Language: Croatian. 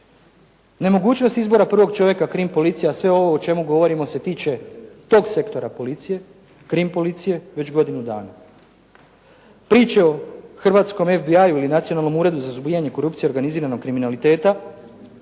Nemogućnost izbora prvog čovjeka Krim policije, a sve ovo o čemu govorimo se tiče tog sektora policije, Krim policije već godinu dana. Priče o hrvatskom FBI ili nacionalnom uredu za suzbijanje korupcije i organiziranog kriminaliteta